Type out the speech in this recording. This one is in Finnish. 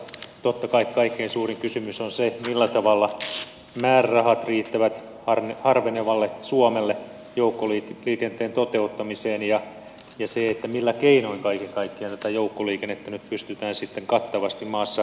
totta kai kaikkein suurin kysymys on se millä tavalla määrärahat riittävät harvenevalle suomelle joukkoliikenteen toteuttamiseen ja millä keinoin kaiken kaikkiaan tätä joukkoliikennettä nyt pystytään sitten kattavasti maassa hoitamaan